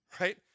Right